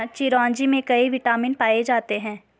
चिरोंजी में कई विटामिन पाए जाते हैं